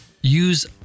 use